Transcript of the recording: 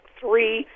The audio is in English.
three